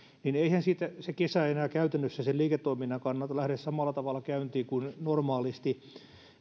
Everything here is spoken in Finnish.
niin eihän se kesä enää käytännössä sen liiketoiminnan kannalta lähde samalla tavalla käyntiin kuin normaalisti